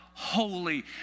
holy